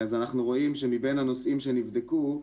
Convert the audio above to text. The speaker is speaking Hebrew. אנחנו רואים שמבין הנושאים שנבדקו,